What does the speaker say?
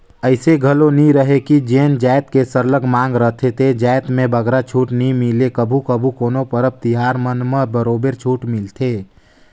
अइसे घलो नी रहें कि जेन जाएत के सरलग मांग रहथे ते जाएत में बगरा छूट नी मिले कभू कभू कोनो परब तिहार मन म बरोबर छूट मिलथे